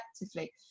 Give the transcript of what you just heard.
effectively